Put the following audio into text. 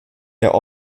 der